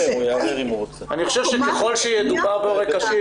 אוטומטית --- אני חושב שככל שידובר בהורה כשיר